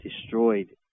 destroyed